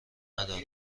ندارم